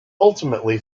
ultimately